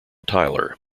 tyler